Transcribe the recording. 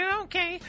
okay